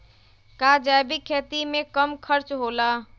का जैविक खेती में कम खर्च होला?